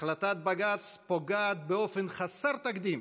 החלטת בג"ץ פוגעת באופן חסר תקדים